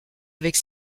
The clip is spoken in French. avec